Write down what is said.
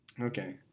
Okay